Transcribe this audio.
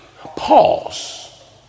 Pause